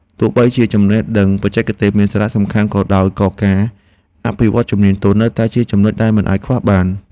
ទោះបីជាចំណេះដឹងបច្ចេកទេសមានសារៈសំខាន់ក៏ដោយក៏ការអភិវឌ្ឍជំនាញទន់នៅតែជាចំណុចដែលមិនអាចខ្វះបាន។